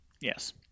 yes